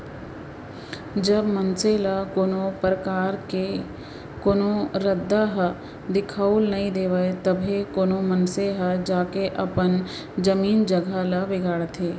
जब मनसे ल कोनो परकार ले कोनो रद्दा ह दिखाउल नइ देवय तभे कोनो मनसे ह जाके अपन जमीन जघा ल बिगाड़थे